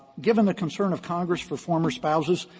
given the concern of congress for former spouses,